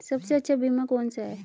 सबसे अच्छा बीमा कौन सा है?